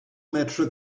metra